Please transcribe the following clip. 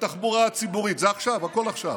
בתחבורה הציבורית, זה עכשיו, הכול עכשיו,